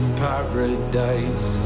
paradise